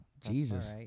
Jesus